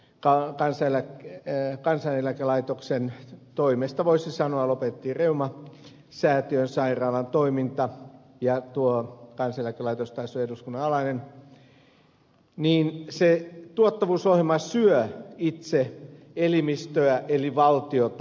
kun kansaneläkelaitoksen toimesta voisi sanoa lopetettiin reumasäätiön sairaalan toiminta ja kansaneläkelaitos taas on eduskunnan alainen niin se tuottavuusohjelma syö itse elimistöä eli valtiota